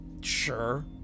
Sure